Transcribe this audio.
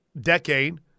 decade